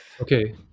Okay